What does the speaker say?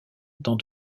dans